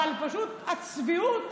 אבל פשוט הצביעות